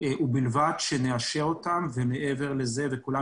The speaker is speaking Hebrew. בניגוד למה שנאמר כאן.